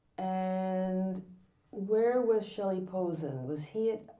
and where was shelley posen? was he at